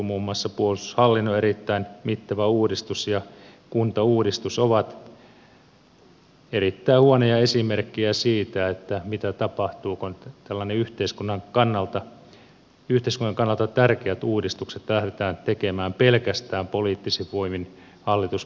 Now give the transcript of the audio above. muun muassa puolustushallinnon erittäin mittava uudistus ja kuntauudistus ovat erittäin huonoja esimerkkejä siitä mitä tapahtuu kun tällaiset yhteiskunnan kannalta tärkeät uudistukset lähdetään tekemään pelkästään poliittisin voimin hallituspuolueitten osalta